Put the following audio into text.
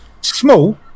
small